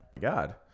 God